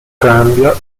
cambia